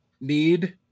need